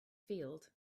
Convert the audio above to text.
field